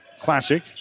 Classic